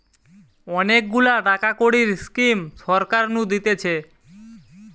অনেক গুলা টাকা কড়ির স্কিম সরকার নু দিতেছে